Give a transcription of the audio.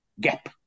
Gap